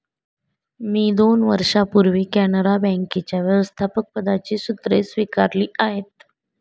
मी दोन वर्षांपूर्वी कॅनरा बँकेच्या व्यवस्थापकपदाची सूत्रे स्वीकारली आहेत